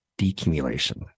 decumulation